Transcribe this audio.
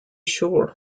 sure